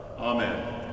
Amen